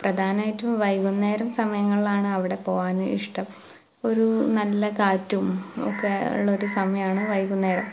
പ്രധാനമായിട്ടും വൈകുന്നേരം സമയങ്ങളിലാണ് അവിടെ പോവാൻ ഇഷ്ട്ടം ഒരു നല്ല കാറ്റും ഒക്കെ ഉള്ള ഒരു സമയമാണ് വൈകുന്നേരം